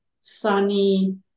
sunny